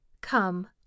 Come